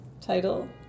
title